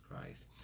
Christ